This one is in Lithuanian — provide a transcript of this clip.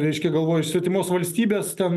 reiškia galvoju iš svetimos valstybės ten